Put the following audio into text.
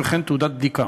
וכן תעודת בדיקה.